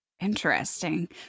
Interesting